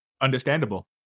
Understandable